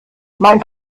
mein